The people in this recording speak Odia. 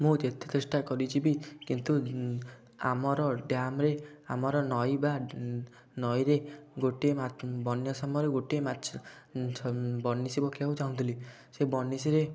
ମୁଁ ଯେତେ ଚେଷ୍ଟା କରିଛି ବି କିନ୍ତୁ ଆମର ଡ୍ୟାମ୍ରେ ଆମର ନଈ ବା ନଈରେ ଗୋଟେ ବନ୍ୟା ସମୟରେ ଗୋଟେ ମାଛ ବନିଶୀ ପକାଇବାକୁ ଚାହୁଁଥିଲି ସେ ବନିଶୀରେ